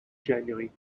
january